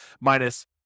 minus